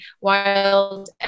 wild